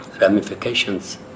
ramifications